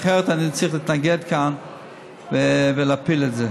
אחרת, אני צריך להתנגד כאן ולהפיל את זה.